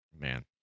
Man